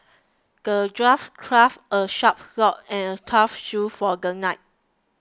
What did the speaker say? the dwarf crafted a sharp sword and a tough shield for the knight